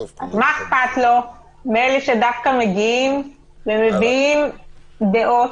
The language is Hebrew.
מה אכפת לו מאלה שדווקא מגיעים ומביעים דעות?